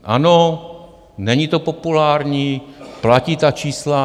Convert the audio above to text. Ano, není to populární, platí ta čísla.